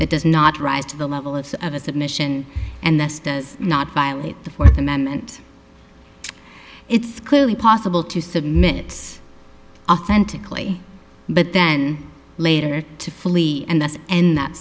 it does not rise to the level of a submission and this does not violate the fourth amendment it's clearly possible to submit authentically but then later to flee and that's in that